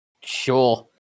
Sure